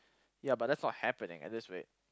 ya but that's not happening at this rate